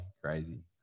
crazy